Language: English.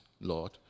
Lord